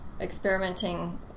experimenting